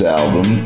album